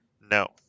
No